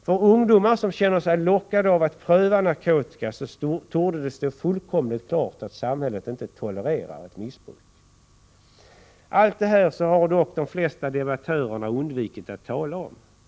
För ungdomar som känner sig lockade att pröva narkotika torde det stå fullkomligt klart att samhället inte tolererar ett missbruk. Allt detta har de flesta debattörerna undvikit att tala om.